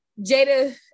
Jada